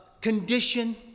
condition